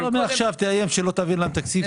אבל קודם --- מעכשיו תאיים שלא תעביר להם תקציב,